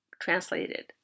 translated